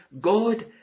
God